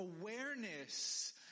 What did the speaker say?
awareness